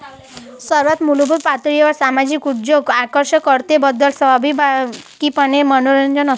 सर्वात मूलभूत पातळीवर सामाजिक उद्योजक आकर्षकतेबद्दल स्वाभाविकपणे मनोरंजक असतात